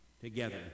together